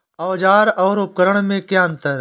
औज़ार और उपकरण में क्या अंतर है?